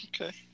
okay